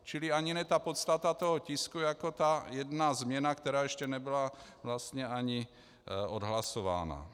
Čili ani ne tak podstata toho tisku jako ta jedna změna, která ještě nebyla vlastně ani odhlasována.